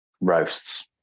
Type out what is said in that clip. Roasts